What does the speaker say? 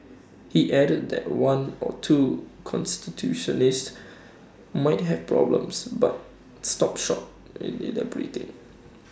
he added that one or two constituencies might have problems but stopped short in in the British